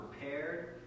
prepared